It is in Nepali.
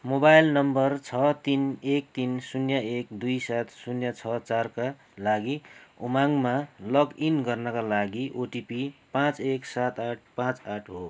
मोबाइल नम्बर छ तिन एक तिन शून्य एक दुई सात शून्य छ चारका लागि उमङ्गमा लगइन गर्नाका लागि ओटिपी पाँच एक सात आठ पाँच आठ हो